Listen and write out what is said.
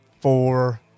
four